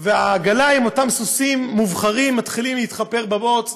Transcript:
והעגלה עם אותם סוסים מובחרים מתחילה להתחפר בבוץ,